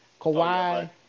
Kawhi